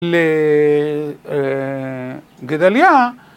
לגדליה